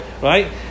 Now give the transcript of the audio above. right